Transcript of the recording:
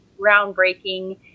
groundbreaking